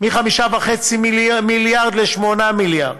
מ-5.5 מיליארד ל-8 מיליארד.